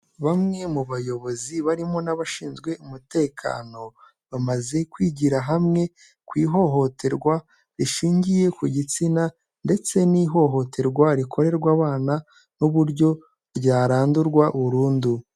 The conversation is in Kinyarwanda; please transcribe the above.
Bamwe mu bayobozi barimo n'abashinzwe umutekano, bamaze kwigira hamwe ku ihohoterwa rishingiye ku gitsina ndetse n'ihohoterwa rikorerwa abana n'uburyo ryarandurwa burundu.